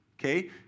okay